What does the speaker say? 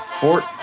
Fort